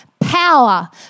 Power